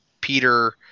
Peter